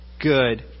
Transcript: good